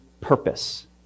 purpose